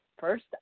first